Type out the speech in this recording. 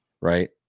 Right